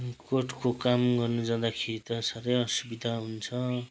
कोर्टको काम गर्नु जाँदाखेरि त साह्रै असुविधा हुन्छ